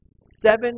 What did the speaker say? Seven